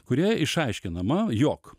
kuria išaiškinama jog